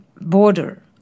border